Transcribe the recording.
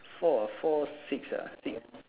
four ah four six ah six